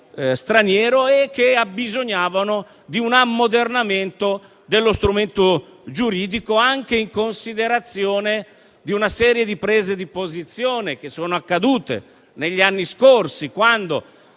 straniero e abbisognavano di una ammodernamento dello strumento giuridico. Questo anche in considerazione di una serie di prese di posizione che vi sono state negli anni scorsi, quando,